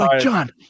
John